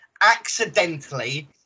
accidentally